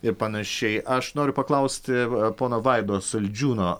ir panašiai aš noriu paklausti pono vaido saldžiūno